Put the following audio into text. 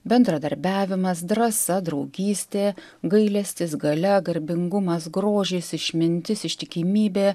bendradarbiavimas drąsa draugystė gailestis galia garbingumas grožis išmintis ištikimybė